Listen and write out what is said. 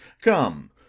come